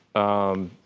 um.